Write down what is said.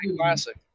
classic